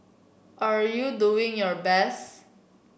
are you doing your best